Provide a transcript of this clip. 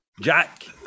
Jack